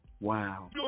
Wow